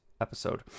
episode